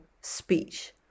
speech